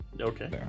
Okay